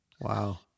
Wow